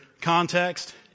context